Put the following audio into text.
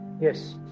Yes